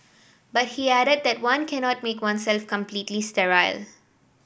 but he added that one cannot make oneself completely sterile